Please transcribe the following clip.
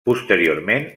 posteriorment